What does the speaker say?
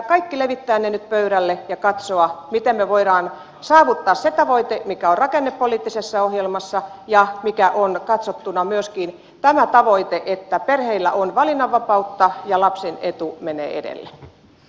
meidän pitää ne kaikki levittää nyt pöydälle ja katsoa miten voidaan saavuttaa se tavoite mikä on rakennepoliittisessa ohjelmassa ja mikä on katsottuna myöskin tämä tavoite että perheillä on valinnanvapautta ja lapsen etu menee edelle